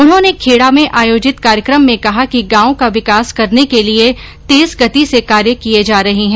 उन्होंने खेड़ा में आयोजित कार्यक्रम में कहा कि गांव का विकास करने के लिए तेज गति से कार्य किए जा रहे हैं